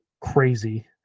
crazy